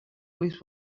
always